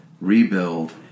rebuild